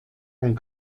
von